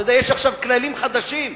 אתה יודע שיש עכשיו כללים חדשים שאמרו: